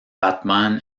batman